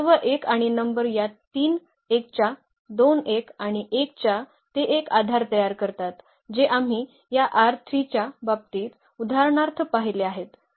तर सर्व 1 आणि नंतर या तीन 1 च्या दोन 1 आणि 1 च्या ते एक आधार तयार करतात जे आम्ही या च्या बाबतीत उदाहरणार्थ पाहिले आहेत